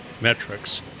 metrics